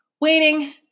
waiting